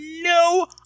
no